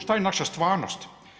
Šta je naša stvarnost?